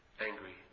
Angry